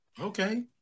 Okay